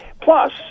plus